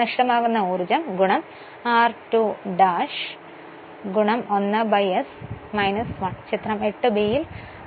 നഷ്ടമാകുന്ന ഊർജം r2 1 s 1 ചിത്രം 8ബിയിൽ